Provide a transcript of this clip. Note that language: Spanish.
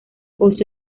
oso